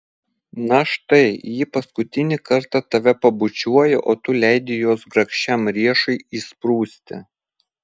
na štai ji paskutinį kartą tave pabučiuoja o tu leidi jos grakščiam riešui išsprūsti